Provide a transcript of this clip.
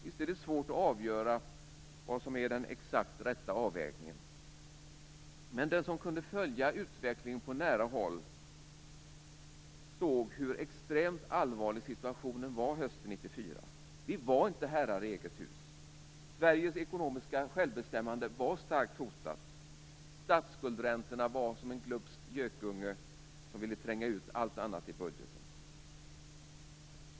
Visst är det svårt att avgöra vad som är den exakt rätta avvägningen, men den som kunde följa utvecklingen på nära håll såg hur extremt allvarlig situationen var hösten 1994. Vi var inte herrar i eget hus. Sveriges ekonomiska självbestämmande var starkt hotat. Statsskuldräntorna var som en glupsk gökunge som ville tränga ut allt annat i budgeten.